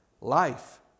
life